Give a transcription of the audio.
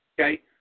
Okay